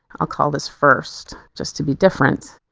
i'll call this first just to be different,